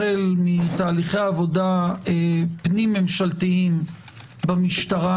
החל מתהליכי עבודה פנים ממשלתיים במשטרה